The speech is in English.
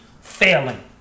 failing